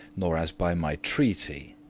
nor as by my treaty.